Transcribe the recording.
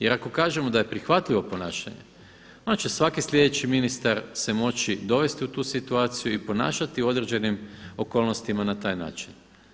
Jer ako kažemo da je prihvatljivo ponašanje onda će svaki sljedeći ministar se moći dovesti u tu situaciju i ponašati u određenim okolnostima na taj način.